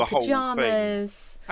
pajamas